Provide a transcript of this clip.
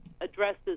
addresses